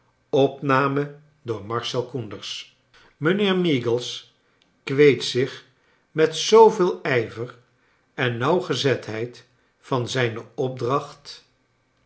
mijnheer meagles kweet zich met zooveel ijver en nauwgezetheid van zijne opdracht